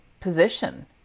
position